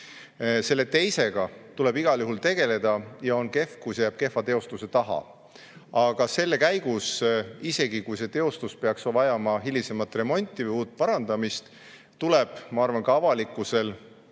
Selle teise [poolega] tuleb igal juhul tegeleda ja on kehv, kui see jääb kehva teostuse taha. Aga selle käigus, isegi kui see teostus peaks vajama hilisemat remonti või uut [seadust], tuleb ka avalikkusel,